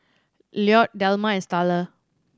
Lloyd Delma and Starla